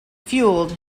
fueled